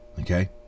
okay